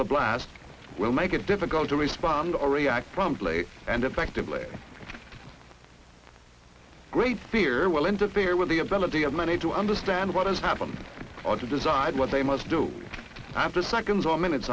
blast will make it difficult to respond or react from play and effectively great fear will interfere with the ability of many to understand what is happening on to decide what they must do after seconds or minutes